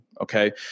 okay